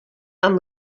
amb